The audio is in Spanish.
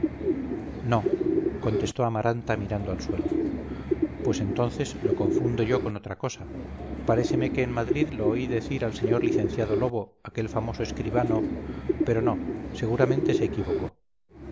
no contestó amaranta mirando al suelo pues entonces lo confundo yo con otra cosa paréceme que en madrid lo oí decir en madrid al señor licenciado lobo aquel famoso escribano pero no seguramente se equivocó